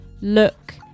look